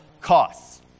costs